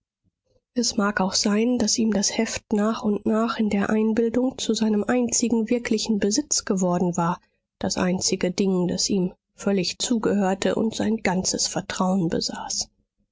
es mag auch sein daß ihm das heft nach und nach in der einbildung zu seinem einzigen wirklichen besitz geworden war das einzige ding das ihm völlig zugehörte und sein ganzes vertrauen besaß